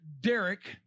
Derek